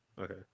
Okay